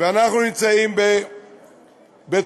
אנחנו נמצאים בתקופה